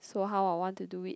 so how I want to do it